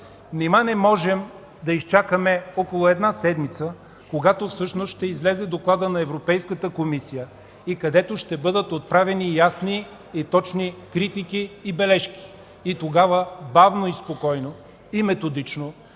Нима не можем да изчакаме около една седмица, когато всъщност ще излезе докладът на Европейската комисия, където ще бъдат отправени ясни и точни критики и бележки, и тогава бавно, спокойно и методично